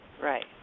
Right